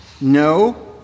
No